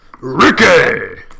Ricky